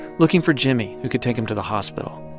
looking for jimmie, who could take him to the hospital.